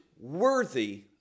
worthy